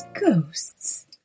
Ghosts